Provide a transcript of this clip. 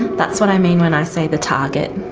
that's what i mean when i say the target,